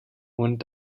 und